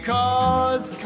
Cause